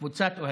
קבוצת אוהדים,